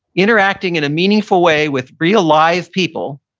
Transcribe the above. interacting in a meaningful way with real live people,